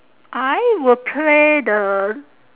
I would pray the